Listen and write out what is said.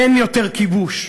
אין יותר כיבוש.